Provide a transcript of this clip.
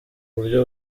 buryo